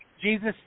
Jesus